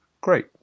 great